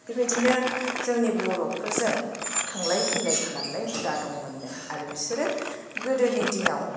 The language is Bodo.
बेबायदिनो जोंनि बर'फोरजों थांलाय फैलाय खालामनाय हुदा दंमोननो आरो बिसोरो गोदोनि दिनाव